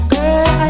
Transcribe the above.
Girl